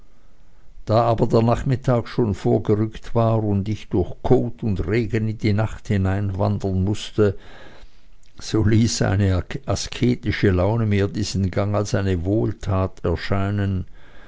da aber der nachmittag schon vorgerückt war und ich durch kot und regen in die nacht hinein wandern mußte so ließ eine asketische laune mir diesen gang als eine wohltat erscheinen